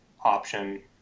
option